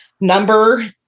number